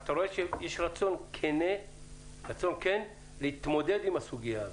אתה רואה שיש רצון כן להתמודד עם הסוגיה הזאת.